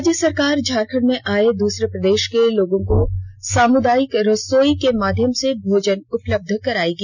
राज्य सरकार झारखंड में आए दुसरे प्रदेष के लोगों को सामुदायिक रसोई के माध्यम से भोजन उपलब्ध कराएगी